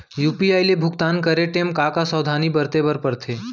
UPI ले भुगतान करे टेम का का सावधानी बरते बर परथे